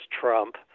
Trump